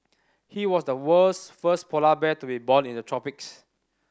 he was the world's first polar bear to be born in the tropics